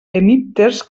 hemípters